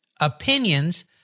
opinions